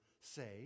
say